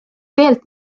keelt